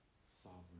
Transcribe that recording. sovereign